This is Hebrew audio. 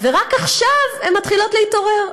ורק עכשיו הן מתחילות להתעורר.